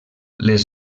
les